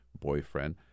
boyfriend